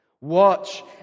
Watch